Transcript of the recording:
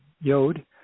Yod